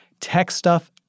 techstuff